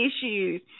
issues